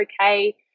okay